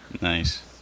Nice